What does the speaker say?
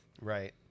Right